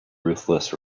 ruthless